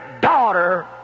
daughter